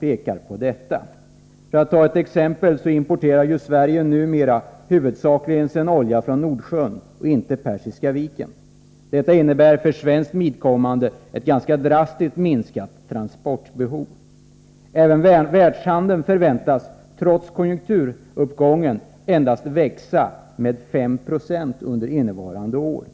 pekar på detta. För att ta ett exe. :el importerar Sverige numera sin olja huvudsakligen från Nordsjön och in. rån Persiska viken. Detta innebär för svenskt vidkommande ett ganska drastiskt minskat transportbehov. Även världshandeln förväntas, trots konjunkturuppgången, endast växa med 5 96 under innevarande år.